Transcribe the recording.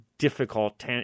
Difficult